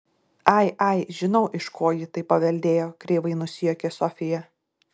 ai ai žinau iš ko ji tai paveldėjo kreivai nusijuokė sofija